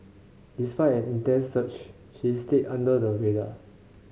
despite an intense search she stayed under the radar